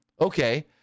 Okay